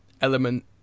element